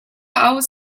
aus